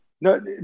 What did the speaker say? No